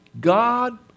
God